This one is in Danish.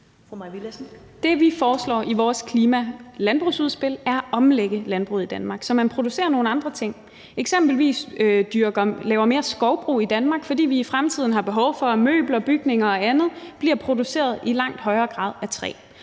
Det, vi foreslår i vores klima-/landbrugsudspil er at omlægge landbruget i Danmark, så man producerer nogle andre ting og f.eks. laver mere skovbrug i Danmark, fordi vi i fremtiden har behov for, at møbler, bygninger og andet bliver produceret i langt højere grad af træ.